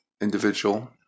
individual